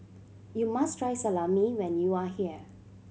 you must try Salami when you are here